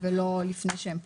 ולא לפני שהן פוקעות?